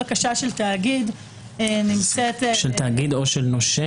של תאגיד או של נושה,